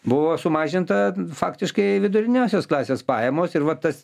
buvo sumažinta faktiškai viduriniosios klasės pajamos ir va tas